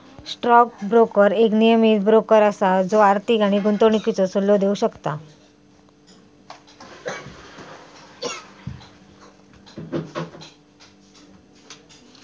stock broker एक नियमीत broker असा जो आर्थिक आणि गुंतवणुकीचो सल्लो देव शकता